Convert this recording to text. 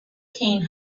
king